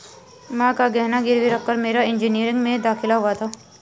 मां का गहना गिरवी रखकर मेरा इंजीनियरिंग में दाखिला हुआ था